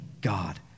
God